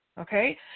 okay